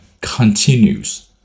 continues